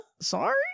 Sorry